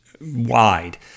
wide